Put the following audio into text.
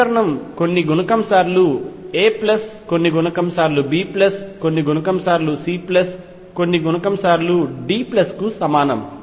సమీకరణం కొన్ని గుణకం సార్లు A ప్లస్ కొన్ని గుణకం సార్లు B ప్లస్ కొన్ని గుణకం సార్లు C ప్లస్ కొన్ని గుణకం సార్లు D కు సమానం